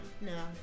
No